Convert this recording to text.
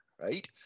right